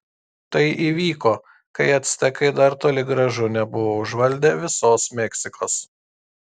tai įvyko kai actekai dar toli gražu nebuvo užvaldę visos meksikos